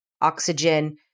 oxygen